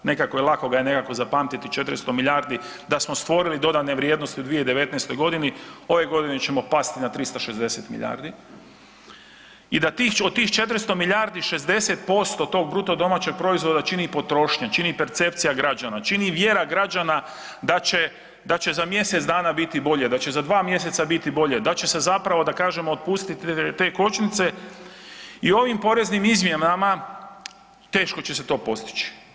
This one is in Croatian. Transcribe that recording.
Nekako je lako ga je nekako zapamtiti, 400 milijardi da smo stvorili dodane vrijednosti u 2019. g., ove godine ćemo pasti na 360 milijardi i da od tih 400 milijardi, 60% tog BDP-a čini potrošnja, čini percepcija građana, čini vjera građana da će za mjesec dana biti bolje, da će za 2 mjeseca biti bolje, da će se zapravo, da kažemo, otpustiti te kočnice i ovim poreznim izmjenama teško će se to postići.